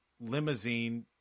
limousine